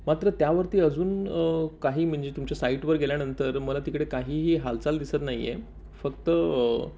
मात्र त्यावरती अजून काही म्हणजे तुमच्या साईटवर गेल्यानंतर मला तिकडे काहीही हालचाल दिसत नाही आहे फक्त